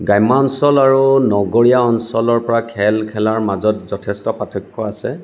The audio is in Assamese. গ্ৰামাঞ্চল আৰু নগৰীয়া অঞ্চলৰ প্ৰায় খেল খেলাৰ মাজত যথেষ্ট পাৰ্থক্য আছে